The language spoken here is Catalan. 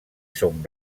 són